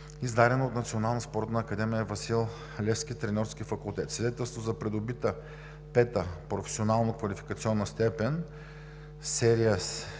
издадена от Националната спортна академия „Васил Левски“ – Треньорски факултет; свидетелство за придобита пета професионално-квалификационна степен, серия